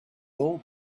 old